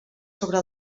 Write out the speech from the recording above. sobre